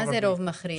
מה זה רוב מכריע?